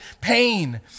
pain